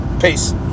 Peace